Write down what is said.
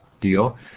deal